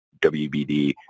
WBD